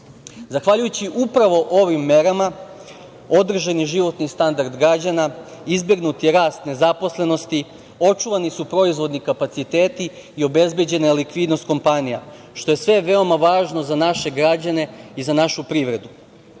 pandemijom. Zahvaljujući upravo ovim merama održan je životni standard građana, izbegnut je rast nezaposlenosti, očuvani su proizvodni kapaciteti i obezbeđena je likvidnost kompanija, što je sve veoma važno za naše građane i za našu privredu. Važno